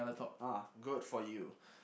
ah good for you